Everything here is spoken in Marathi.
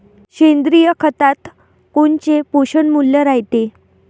सेंद्रिय खतात कोनचे पोषनमूल्य रायते?